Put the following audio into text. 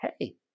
hey